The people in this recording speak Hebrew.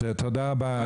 תודה רבה,